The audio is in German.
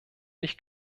nicht